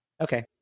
okay